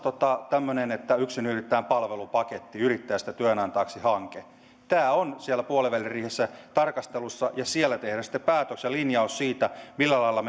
tämmöinen yksinyrittäjän palvelupaketti yrittäjästä työnantajaksi hanke tämä on siellä puoliväliriihessä tarkastelussa ja siellä tehdään sitten päätös ja linjaus siitä millä lailla